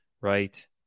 right